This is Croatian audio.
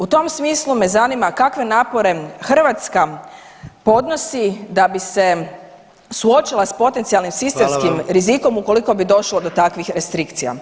U tom smislu me zanima kakve napore Hrvatska podnosi da bi se suočila sa potencijalnim sistemskim rizikom ukoliko bi došlo do takvih restrikcija.